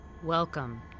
welcome